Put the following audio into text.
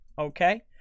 okay